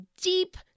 deep